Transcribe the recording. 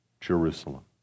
Jerusalem